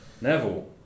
Neville